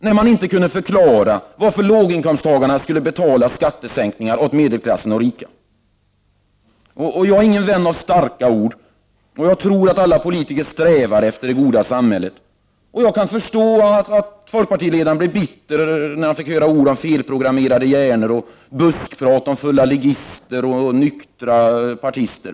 Men man kunde ju inte förklara varför låginkomsttagarna skulle betala medelklassens och de rikas skattesänkningar. Jag är ingen vän av starka ord. Jag tror att alla politiker strävar efter att åstadkomma det goda samhället. Jag kan därför förstå att folkpartiledaren blev bitter över talet om felprogrammerad hjärna eller över buskpratet om fulla ligister och nyktra folkpartister.